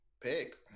Pick